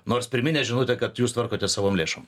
nors pirminė žinutė kad jūs tvarkote savom lėšom